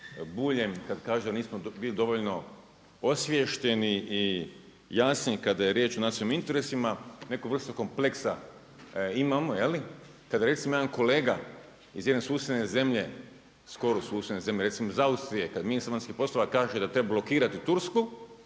Buljem kada kaže da nismo bili dovoljno osviješteni i jasni kada je riječ o nacionalnim interesima, neku vrstu kompleksa imamo. Kada recimo jedan kolega iz jedne susjedne zemlje, skoro susjedne zemlje, recimo iz Austrije, kada ministar vanjskih poslova kaže da treba blokirati Tursku,